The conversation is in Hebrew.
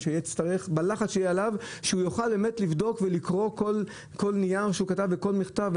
נתקל סיטואציה שהוא קיבל דוח או מכיר מישהו שקיבל דוח ומרגיש שנעשה